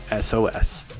SOS